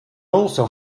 also